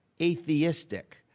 atheistic